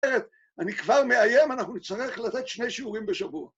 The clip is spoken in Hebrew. ‫אני כבר מאיים, ‫אנחנו נצטרך לתת שני שיעורים בשבוע.